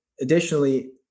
additionally